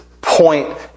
point